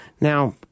Now